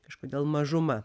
kažkodėl mažuma